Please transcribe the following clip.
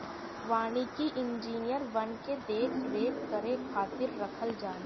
वानिकी इंजिनियर वन के देख रेख करे खातिर रखल जाने